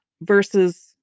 versus